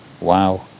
Wow